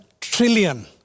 trillion